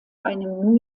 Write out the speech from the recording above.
einem